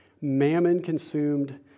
mammon-consumed